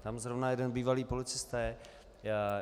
Tam zrovna jeden bývalý policista je...